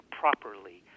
properly